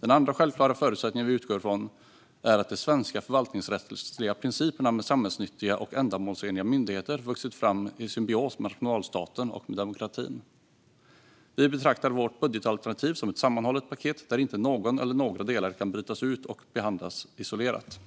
Den andra självklara förutsättningen vi utgår ifrån är att de svenska förvaltningsrättsliga principerna med samhällsnyttiga, ändamålsenliga myndigheter har vuxit fram i symbios med nationalstaten och med demokratin. Vi betraktar vårt budgetalternativ som ett sammanhållet paket där inte någon eller några delar kan brytas ut och behandlas isolerat.